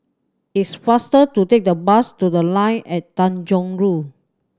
it's faster to take the bus to The Line at Tanjong Rhu